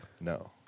No